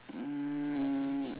mm